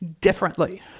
differently